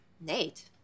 Nate